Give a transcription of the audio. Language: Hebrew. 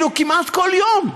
כמעט בכל יום.